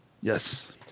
Yes